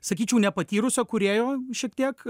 sakyčiau nepatyrusio kūrėjo šiek tiek